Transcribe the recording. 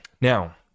Now